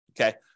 okay